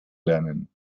lernen